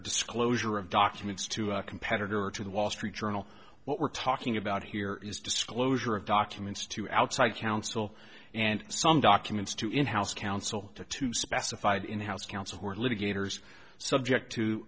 disclosure of documents to a competitor or to the wall street journal what we're talking about here is disclosure of documents to outside counsel and some documents to in house counsel to to specified in house counsel who are litigators subject to